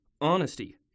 honesty